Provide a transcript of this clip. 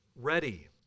ready